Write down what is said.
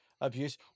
abuse